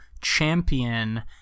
champion